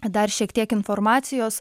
dar šiek tiek informacijos